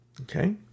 Okay